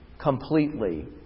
completely